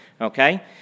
okay